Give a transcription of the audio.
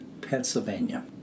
Pennsylvania